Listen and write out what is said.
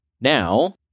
now